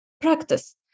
practice